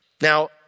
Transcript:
Now